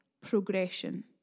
progression